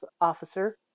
officer